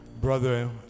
brother